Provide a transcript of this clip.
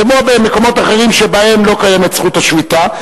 כמו במקומות אחרים שבהם לא קיימת זכות השביתה,